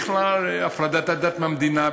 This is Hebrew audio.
בכלל, הפרדת הדת מהמדינה.